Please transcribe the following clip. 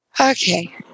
Okay